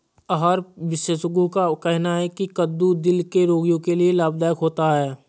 आहार विशेषज्ञों का कहना है की कद्दू दिल के रोगियों के लिए लाभदायक होता है